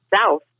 south